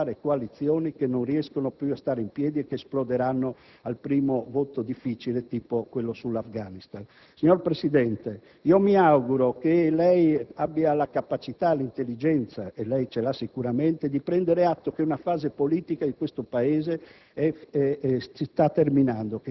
andare avanti cercando di rabberciare coalizioni che non riescono più a stare in piedi e che esploderanno al primo voto difficile, tipo quello sull'Afghanistan? Signor Presidente, mi auguro che lei abbia la capacità e l'intelligenza - e lei ce l'ha sicuramente - di prendere atto che una fase politica in questo Paese